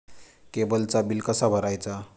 केबलचा बिल कसा भरायचा?